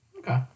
Okay